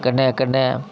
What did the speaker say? कन्नै कन्नै